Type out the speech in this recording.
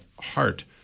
heart